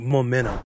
Momentum